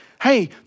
hey